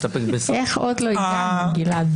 איך עוד לא הגעת, גלעד.